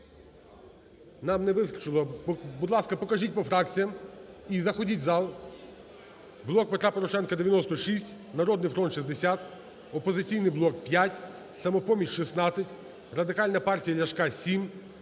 Нам не вистачило… Будь ласка, покажіть по фракціям і заходіть в зал. "Блок Петра Порошенка" – 96, "Народний фронт" – 60, "Опозиційний блок" – 5, "Самопоміч" – 16, Радикальна партія Ляшка –